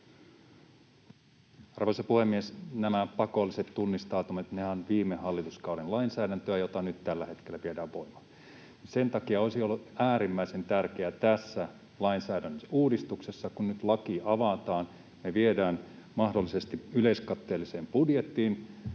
Arvoisa puhemies! Nämä pakolliset tunnistautumisethan ovat viime hallituskauden lainsäädäntöä, jota nyt tällä hetkellä viedään voimaan. Sen takia olisi ollut äärimmäisen tärkeää tässä lainsäädäntöuudistuksessa, kun nyt laki avataan, kun ne viedään mahdollisesti yleiskatteelliseen budjettiin